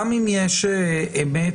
גם אם יש אמת